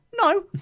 No